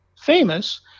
famous